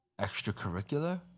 extracurricular